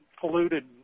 polluted